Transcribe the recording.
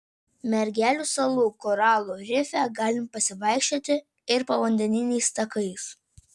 mergelių salų koralų rife galima pasivaikščioti ir povandeniniais takais